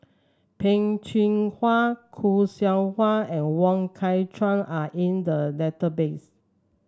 Peh Chin Hua Khoo Seok Wan and Wong Kah Chun are in the database